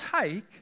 take